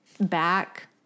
back